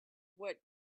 what